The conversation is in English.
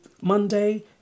Monday